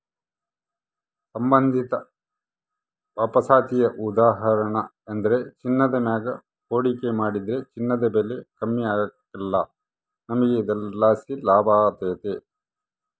ಸಂಬಂಧಿತ ವಾಪಸಾತಿಯ ಉದಾಹರಣೆಯೆಂದ್ರ ಚಿನ್ನದ ಮ್ಯಾಗ ಹೂಡಿಕೆ ಮಾಡಿದ್ರ ಚಿನ್ನದ ಬೆಲೆ ಕಮ್ಮಿ ಆಗ್ಕಲ್ಲ, ನಮಿಗೆ ಇದರ್ಲಾಸಿ ಲಾಭತತೆ